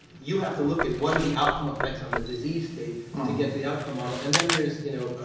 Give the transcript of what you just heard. you have to look at what are the outcome effects on the disease state to get to the outcome model and then there's-well, you know